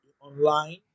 online